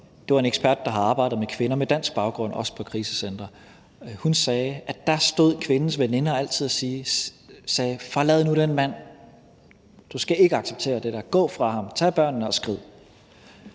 som er en ekspert, der har arbejdet med kvinder med dansk baggrund, også på krisecentre, sagde, at der stod kvindens veninder altid og sagde: Forlad nu den mand, du skal ikke acceptere det der; gå fra ham, tag børnene og skrid.